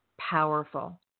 powerful